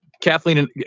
Kathleen